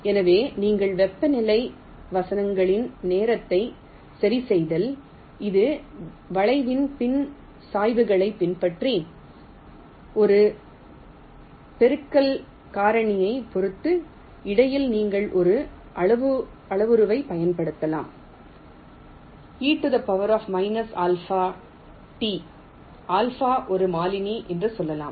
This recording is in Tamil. எனவே நீங்கள் வெப்பநிலை வசனங்களின் நேரத்தை சதி செய்தால் இது வளைவின் சில சாய்வுகளைப் பின்பற்றி இந்த பெருக்கல் காரணியைப் பொறுத்து இடையில் நீங்கள் ஒரு அளவுருவைப் பயன்படுத்தலாம் e−αT α ஒரு மாறிலி என்று சொல்லலாம்